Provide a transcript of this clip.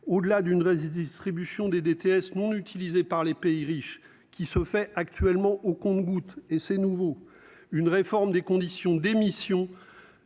Au-delà d'une réside distribution des DTS non utilisés par les pays riches qui se fait actuellement au compte-gouttes et c'est nouveau, une réforme des conditions d'démission.